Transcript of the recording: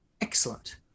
excellent